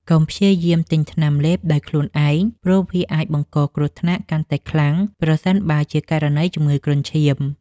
កុំព្យាយាមទិញថ្នាំលេបដោយខ្លួនឯងព្រោះវាអាចបង្កគ្រោះថ្នាក់កាន់តែខ្លាំងប្រសិនបើជាករណីជំងឺគ្រុនឈាម។